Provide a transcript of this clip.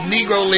Negro